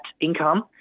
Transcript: income